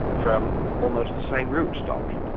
from almost the same root stock.